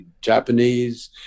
Japanese